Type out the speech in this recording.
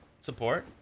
support